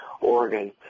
Oregon